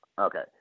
Okay